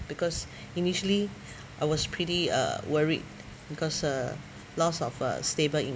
because initially I was pretty uh worried because uh lots of uh stable